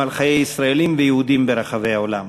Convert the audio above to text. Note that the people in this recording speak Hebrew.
על חיי ישראלים ויהודים ברחבי העולם.